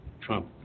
Trump